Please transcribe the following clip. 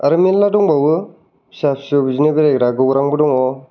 आरो मेरला दंबावो फिसा फिसौ बिदिनो बेरायग्रा गौरांबो दङ